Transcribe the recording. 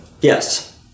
Yes